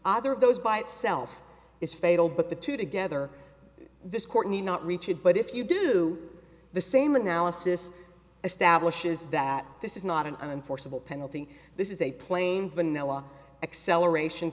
either of those by itself is fatal but the two together this court may not reach it but if you do the same analysis establishes that this is not an unforeseeable penalty this is a plain vanilla acceleration